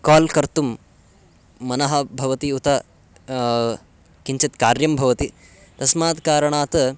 call कर्तुं मनः भवति उत किञ्चित् कार्यं भवति तस्मात् कारणात्